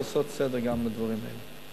לעשות סדר גם בדברים האלה.